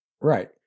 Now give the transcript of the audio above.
right